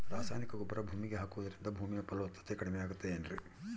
ರಾಸಾಯನಿಕ ಗೊಬ್ಬರ ಭೂಮಿಗೆ ಹಾಕುವುದರಿಂದ ಭೂಮಿಯ ಫಲವತ್ತತೆ ಕಡಿಮೆಯಾಗುತ್ತದೆ ಏನ್ರಿ?